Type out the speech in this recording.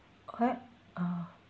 what ah